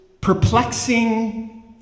perplexing